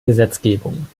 gesetzgebung